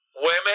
women